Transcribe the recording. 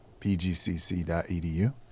pgcc.edu